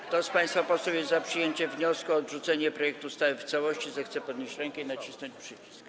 Kto z państwa posłów jest za przyjęciem wniosku o odrzucenie projektu ustawy w całości, zechce podnieść rękę i nacisnąć przycisk.